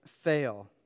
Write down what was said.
fail